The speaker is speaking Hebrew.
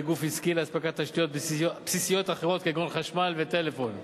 גוף עסקי לאספקת תשתיות בסיסיות אחרות כגון חשמל וטלפון.